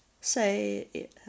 say